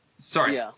Sorry